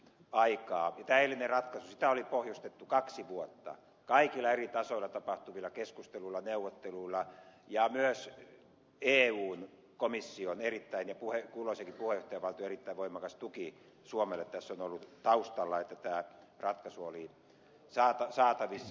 tätä eilistä ratkaisua oli pohjustettu kaksi vuotta kaikilla eri tasoilla tapahtuvilla keskusteluilla ja neuvotteluilla ja myös eun komission ja kulloisenkin puheenjohtajavaltion erittäin voimakas tuki suomelle tässä on ollut taustalla että tämä ratkaisu oli saatavissa